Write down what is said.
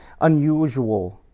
unusual